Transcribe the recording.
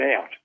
out